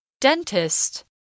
Dentist